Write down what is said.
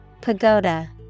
Pagoda